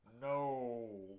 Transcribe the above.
No